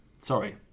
Sorry